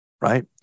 right